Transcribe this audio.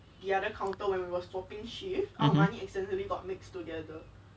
(uh huh)